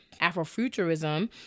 Afrofuturism